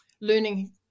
learning